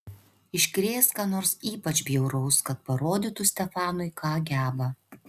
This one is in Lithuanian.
iškrės ką nors ypač bjauraus kad parodytų stefanui ką geba